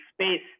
space